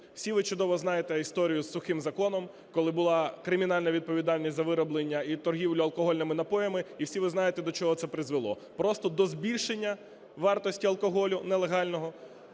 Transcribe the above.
Всі ви чудово знаєте історію з "сухим законом", коли була кримінальна відповідальність за вироблення і торгівлю алкогольними напоями, і всі ви знаєте, до чого це призвело – просто до збільшення вартості алкоголю нелегального